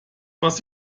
was